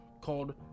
called